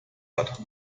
hat